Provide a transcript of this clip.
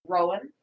Rowan